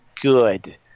good